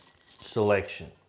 selection